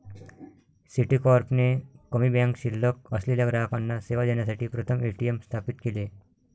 Citicorp ने कमी bank शिल्लक असलेल्या ग्राहकांना सेवा देण्यासाठी प्रथम ए.टी.एम स्थापित केले